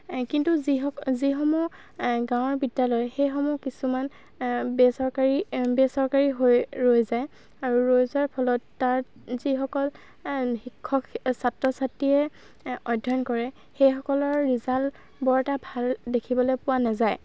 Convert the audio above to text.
কিন্তু যিসক যিসমূহ গাঁৱৰ বিদ্যালয় সেইসমূহ কিছুমান বেচৰকাৰী বেচৰকাৰী হৈ ৰৈ যায় আৰু ৰৈ যোৱাৰ ফলত তাত যিসকল শিক্ষক ছাত্ৰ ছাত্ৰীয়ে অধ্যয়ন কৰে সেইসকলৰ ৰিজাল্ট বৰ এটা ভাল দেখিবলৈ পোৱা নাযায়